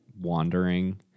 wandering